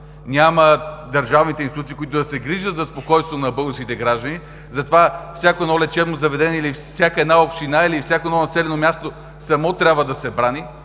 Няма ги държавните институции, които да се грижат за спокойствието на българските граждани. Затова всяко едно лечебно заведение или всяка една община, или всяко едно населено място само трябва да се брани.